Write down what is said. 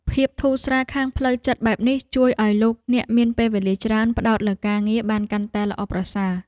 ភាពធូរស្រាលខាងផ្លូវចិត្តបែបនេះជួយឱ្យលោកអ្នកមានពេលវេលាច្រើនផ្តោតលើការងារបានកាន់តែល្អប្រសើរ។